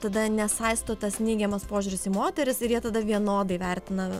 tada nesaisto tas neigiamas požiūris į moteris ir jie tada vienodai vertina